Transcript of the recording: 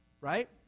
right